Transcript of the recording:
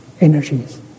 energies